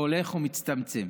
שהולך ומצטמצם.